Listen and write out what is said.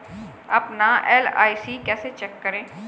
अपना एल.आई.सी कैसे चेक करें?